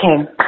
Okay